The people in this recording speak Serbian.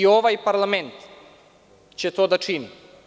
Ovaj parlament će to da čini.